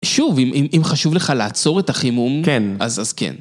שוב, אם... אם... אם חשוב לך לעצור את החימום... - כן. - אז... אז, כן.